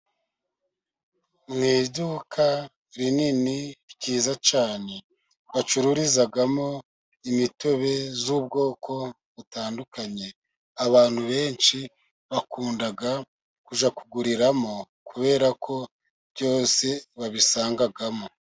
Mu iduka rinini ryiza cyane, bacururizamo imitobe y'ubwoko butandukanye, abantu benshi bakunda kujya kuguriramo kubera ko byose babisangamo.